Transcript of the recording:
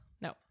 no